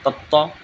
তত্ত্ব